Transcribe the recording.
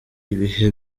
ibihe